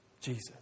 Jesus